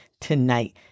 tonight